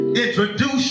introduce